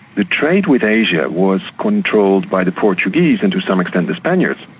the trade with asia was controlled by the portuguese and to some extent, the spaniards,